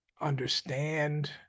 understand